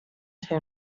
two